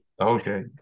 Okay